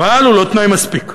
אבל הוא לא תנאי מספיק.